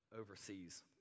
overseas